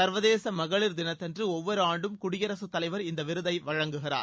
சர்வதேச மகளிர் தினத்தன்று ஒவ்வொரு ஆண்டும் குடியரசுத் தலைவர் இந்த விருதை வழங்குகிறார்